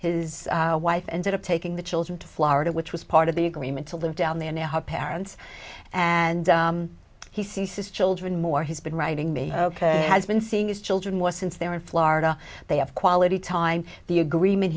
his wife ended up taking the children to florida which was part of the agreement to live down there now her parents and he sees his children more he's been writing me ok has been seeing his children more since they're in florida they have quality time the agreement